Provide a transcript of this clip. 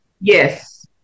Yes